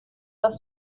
das